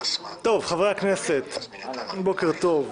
חברי הכנסת, בוקר טוב,